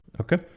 Okay